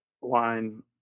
wine